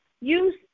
use